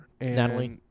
Natalie